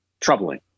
troubling